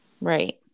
Right